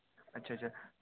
اچھا اچھا